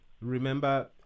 remember